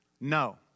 no